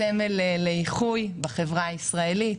סמל לאיחוי בחברה הישראלית.